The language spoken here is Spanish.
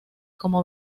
como